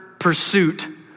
Pursuit